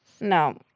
No